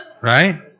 Right